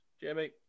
Jamie